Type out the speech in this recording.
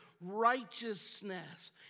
righteousness